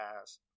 guys